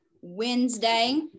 Wednesday